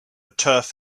turf